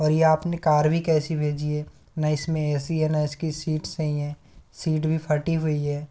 और ये आपने कार भी कैसी भेजी है ना इसमें ए सी है ना इसकी सीट सही हैं सीट भी फटी हुई है